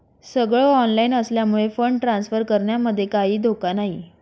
सगळ ऑनलाइन असल्यामुळे fund transfer करण्यामध्ये काहीही धोका नाही